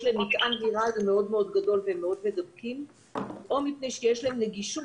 להם מטען וירלי מאוד גדול והם מאוד מדבקים או מפני שיש להן נגישות